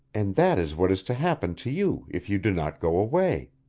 and that is what is to happen to you if you do not go away.